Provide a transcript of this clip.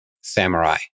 samurai